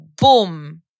boom